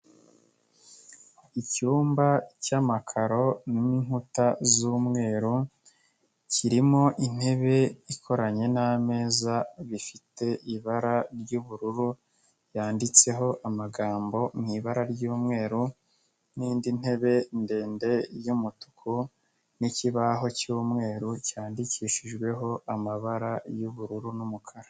Icyumba cy'amakaro n'inkuta z'umweru, kirimo intebe ikoranye n'ameza bifite ibara ry'ubururu yanditseho amagambo mu ibara ry'umweru, n'indi ntebe ndende y'umutuku n'ikibaho cy'umweru cyandikishijweho amabara y'ubururu n'umukara.